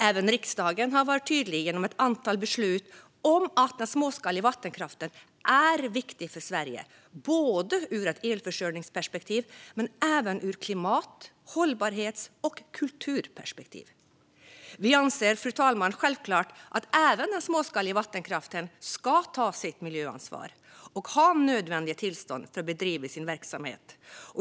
Även riksdagen har varit tydlig genom ett antal beslut om att den småskaliga vattenkraften är viktig för Sverige ur ett elförsörjningsperspektiv men även ur ett klimat, hållbarhets och kulturperspektiv. Vi anser självklart, fru talman, att även den småskaliga vattenkraften ska ta sitt miljöansvar och ha nödvändiga tillstånd för att bedriva sin verksamhet.